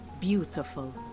Beautiful